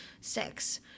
sex